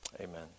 Amen